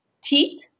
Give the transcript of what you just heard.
teeth